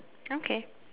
okay